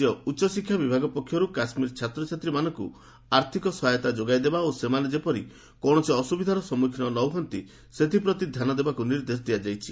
ରାଜ୍ୟ ଶିକ୍ଷା ବିଭାଗ ପକ୍ଷରୁ କାଶ୍ୱୀର ଛାତ୍ରଛାତ୍ରୀମାନଙ୍କୁ ଆର୍ଥିକ ସହାୟତା ଯୋଗାଇଦେବା ଓ ସେମାନେ ଯେପରି କୌଣସି ଅସ୍ତ୍ରବିଧାର ସମ୍ପଖୀନ ନ ହୁଅନ୍ତି ସେଥିପ୍ରତି ଧ୍ୟାନଦେବାକୁ ନିର୍ଦ୍ଦେଶ ଦିଆଯାଇଛି